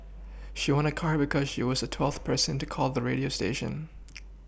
she won a car because she was the twelfth person to call the radio station